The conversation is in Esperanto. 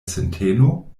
sinteno